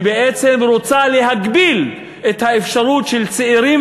שבעצם רוצה להגביל את האפשרות של צעירים